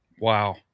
Wow